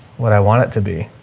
what i want it to be.